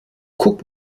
guck